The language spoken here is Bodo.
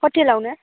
हटेलावनो